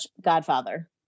godfather